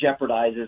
jeopardizes